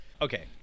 Okay